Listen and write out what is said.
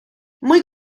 muy